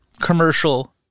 commercial